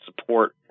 support